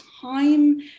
time